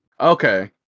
Okay